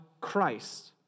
Christ